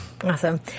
Awesome